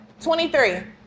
23